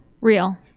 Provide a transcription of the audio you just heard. Real